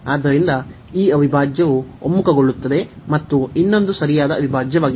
ಆದ್ದರಿಂದ ಈ ಅವಿಭಾಜ್ಯವು ಒಮ್ಮುಖಗೊಳ್ಳುತ್ತದೆ ಮತ್ತು ಇನ್ನೊಂದು ಸರಿಯಾದ ಅವಿಭಾಜ್ಯವಾಗಿದೆ